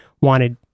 wanted